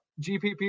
GPP